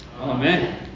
amen